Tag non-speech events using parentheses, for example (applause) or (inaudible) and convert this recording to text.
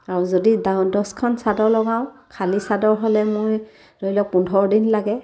আৰু যদি (unintelligible) দহখন চাদৰ লগাওঁ খালী চাদৰ হ'লে মই ধৰি লওক পোন্ধৰ দিন লাগে